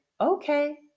okay